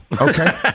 okay